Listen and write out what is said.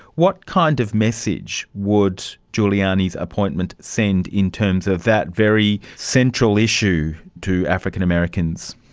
what kind of message would giuliani's appointment send in terms of that very central issue to african americans?